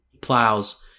plows